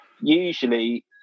usually